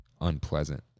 unpleasant